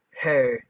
Hey